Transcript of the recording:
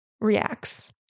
reacts